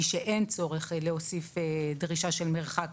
היא שאין צורך להוסיף דרישה של מרחק